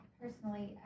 personally